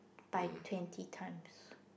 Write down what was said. by twenty times